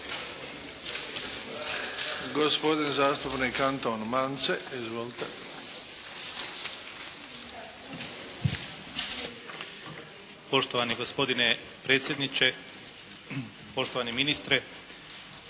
Gospodin zastupnik Anton Mance. Izvolite. **Mance, Anton (HDZ)** Poštovani gospodine predsjedniče, poštovani ministre.